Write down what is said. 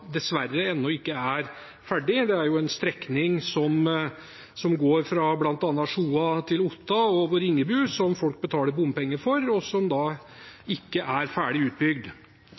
dessverre ennå ikke er ferdig. Det er en strekning som går fra Sjoa til Otta over Ringebu, som folk betaler bompenger for, og som ikke er ferdig utbygd.